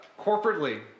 Corporately